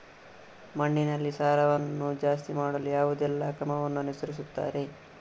ಮಣ್ಣಿನಲ್ಲಿ ಸಾರವನ್ನು ಜಾಸ್ತಿ ಮಾಡಲು ಯಾವುದೆಲ್ಲ ಕ್ರಮವನ್ನು ಅನುಸರಿಸುತ್ತಾರೆ